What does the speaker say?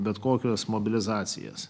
bet kokias mobilizacijos